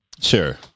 sure